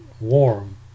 warm